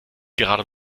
gerade